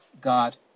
God